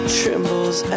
trembles